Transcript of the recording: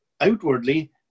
outwardly